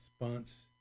response